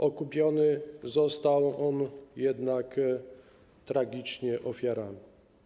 Okupiony został on jednak tragicznie, ofiarami.